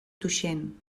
tuixén